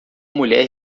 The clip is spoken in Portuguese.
mulher